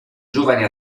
giovane